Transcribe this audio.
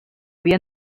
havia